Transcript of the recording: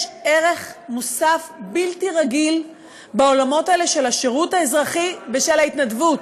יש ערך מוסף בלתי רגיל בעולמות האלה של השירות האזרחי ושל ההתנדבות.